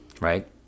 right